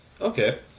okay